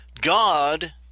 God